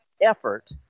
effort